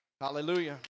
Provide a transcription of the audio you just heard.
Hallelujah